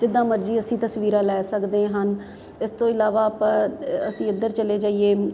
ਜਿੱਦਾਂ ਮਰਜ਼ੀ ਅਸੀਂ ਤਸਵੀਰਾਂ ਲੈ ਸਕਦੇ ਹਨ ਇਸ ਤੋਂ ਇਲਾਵਾ ਆਪਾਂ ਅਸੀਂ ਇੱਧਰ ਚਲੇ ਜਾਈਏ